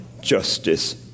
justice